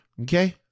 okay